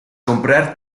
comprar